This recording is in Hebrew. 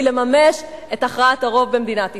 לממש את הכרעת הרוב במדינת ישראל.